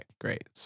great